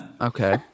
Okay